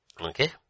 Okay